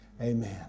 Amen